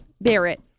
Barrett